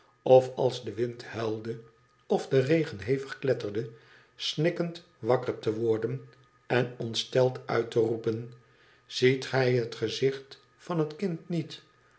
of als de wind huilde of de regen hevig kletterde snikkend wakker te worden en ontsteld uit te roepen t ziet gij het gezicht van het kind niet